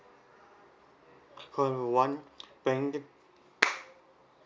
call one bank